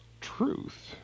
truth